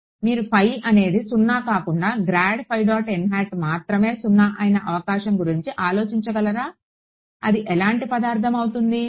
మీరు ఫై అనేది సున్నా కాకుండా మాత్రమే సున్నా అయిన అవకాశం గురించి ఆలోచించగలరా అది ఎలాంటి పదార్థం అవుతుంది